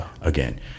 again